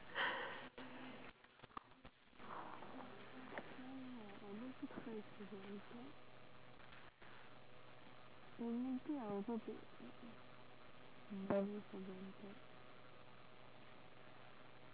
shut up I don't take friends for granted technically I also take uh eh money for granted